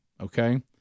okay